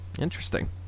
Interesting